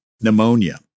pneumonia